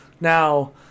Now